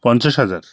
পঞ্চাশ হাজার